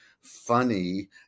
funny